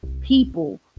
people